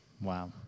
Wow